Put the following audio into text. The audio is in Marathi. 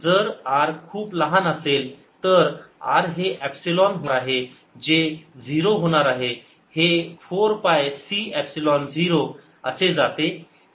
जर r खूप लहान असेल तर r हे एपसिलोन होणार आहे जे 0 होणार आहे हे 4 पाय C एपसिलोन 0 असे जाते